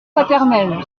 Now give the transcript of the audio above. paternelle